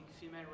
female